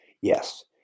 Yes